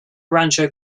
rancho